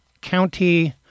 County